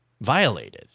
violated